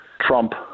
Trump